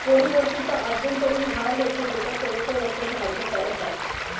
পরিবর্তিত অভ্যন্তরীণ হার হচ্ছে যেটা ফেরতের ওপর ধার্য করা হয়